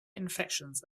infections